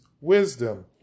wisdom